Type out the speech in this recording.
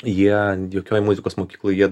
jie jokioj muzikos mokykloj jie